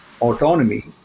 autonomy